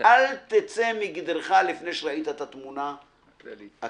אל תצא מגדרך לפני שראית את התמונה הכללית.